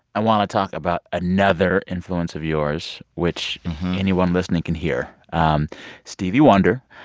i want to talk about another influence of yours, which anyone listening can hear um stevie wonder.